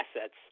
assets